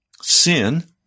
sin